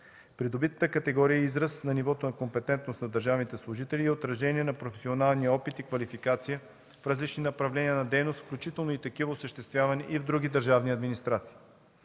Придобитата категория е израз на нивото на компетентност на държавните служители и е отражение на професионалния опит и квалификация в различни направления на дейност, включително и такива, осъществявани и в други държавни администрации.